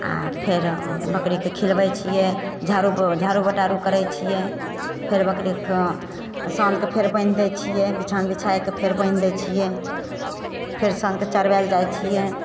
आओर फेर बकरीके खिलबय छियै झाड़ू झाडू बटारू करय छियै फेर बकरीके साँझके फेर बान्हि दै छियै बिछान बिछाइके फेर बान्हि दै छियै फेर साँझ चरबइ लए जाइ छियै